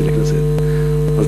למדתי מיקרוביולוגיה וביוכימיה,